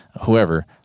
whoever